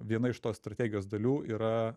viena iš tos strategijos dalių yra